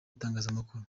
itangazamakuru